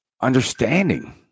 understanding